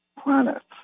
planets